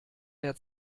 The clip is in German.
der